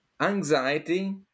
Anxiety